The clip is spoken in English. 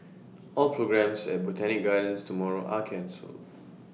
all programmes at Botanic gardens tomorrow are cancelled